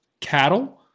cattle